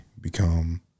become